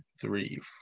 three